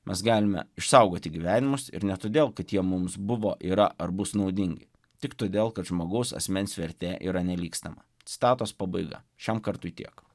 mes galime išsaugoti gyvenimus ir ne todėl kad jie mums buvo yra ar bus naudingi tik todėl kad žmogaus asmens vertė yra nelygstama citatos pabaiga šiam kartui tiek